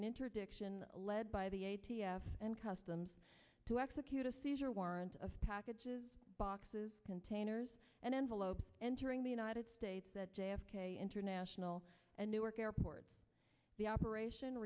an introduction led by the a t f and customs to execute a seizure warrants of packages boxes containers and envelopes entering the united states that j f k international and newark airport the operation